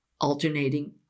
alternating